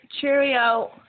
Cheerio